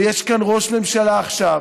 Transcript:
ויש כאן ראש ממשלה עכשיו,